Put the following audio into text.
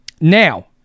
Now